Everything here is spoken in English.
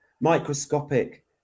microscopic